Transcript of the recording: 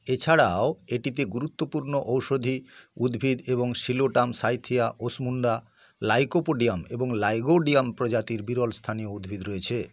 এছাড়াও এটিতে গুরুত্বপূর্ণ ঔষধি উদ্ভিদ এবং সিলোটাম সাইথিয়া ওসমুন্ডা লাইকোপোডিয়াম এবং লাইগোডিয়াম প্রজাতির বিরল স্থানীয় উদ্ভিদ রয়েছে